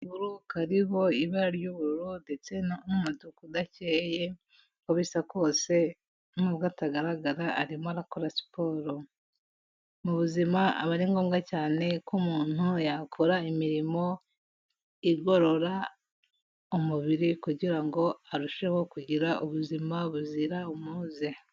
Akaguru kariho ibara ry'ubururu ndetse n'umutuku udakeye, uko bisa kose n'ubwo atagaragara arimo arakora siporo, mu buzima aba ari ngombwa cyane ko umuntu yakora imirimo igorora umubiri, kugira ngo arusheho kugira ubuzima buzira umuze.